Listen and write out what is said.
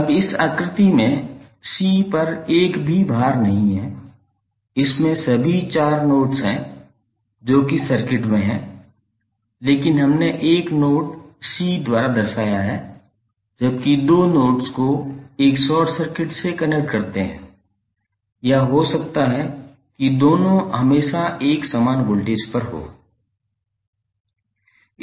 अब इस आकृति में c पर एक भी भार नहीं है इसमें सभी चार नोड्स हैं जो कि सर्किट में हैं लेकिन हमने एक नोड c द्वारा दर्शाया है जबकि दो नोड्स को एक शॉर्ट सर्किट से कनेक्ट करते हैं या हो सकता है कि दोनों हमेशा एक समान वोल्टेज पर हो